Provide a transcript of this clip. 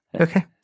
Okay